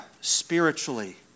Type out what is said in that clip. spiritually